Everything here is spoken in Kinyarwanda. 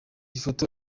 ifoto